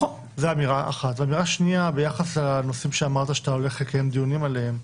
אמירה שנייה היא ביחס לנושאים שאמרת שאתה הולך לקיים דיונים עליהם,